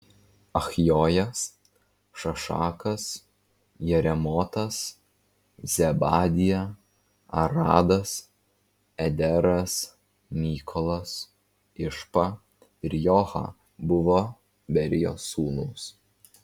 achjojas šašakas jeremotas zebadija aradas ederas mykolas išpa ir joha buvo berijos sūnūs